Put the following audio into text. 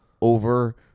over